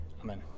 Amen